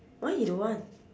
why he don't want